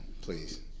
please